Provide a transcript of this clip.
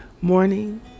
morning